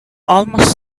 almost